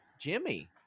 Jimmy